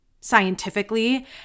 scientifically